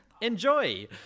Enjoy